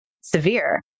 severe